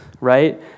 right